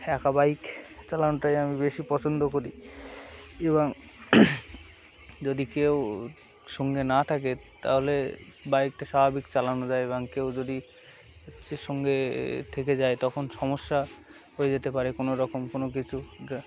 একা বাইক চালানোটাই আমি বেশি পছন্দ করি এবং যদি কেউ সঙ্গে না থাকে তাহলে বাইকটা স্বাভাবিক চালানো যায় এবং কেউ যদি সঙ্গে থেকে যায় তখন সমস্যা হয়ে যেতে পারে কোনো রকম কোনো কিছু